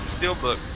steelbook